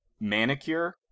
manicure